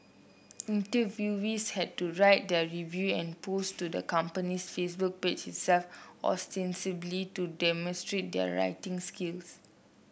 interviewees had to write their review and post to the company's Facebook page itself ostensibly to demonstrate their writing skills